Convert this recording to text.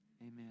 Amen